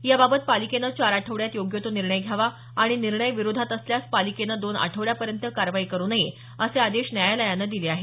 याबाबत पालिकेनं चार आठवड्यात योग्य तो निर्णय घ्यावा आणि निर्णय विरोधात असल्यास पालिकेनं दोन आठवड्यांपर्यंत कारवाई करु नये असे आदेश न्यायालयानं दिले आहेत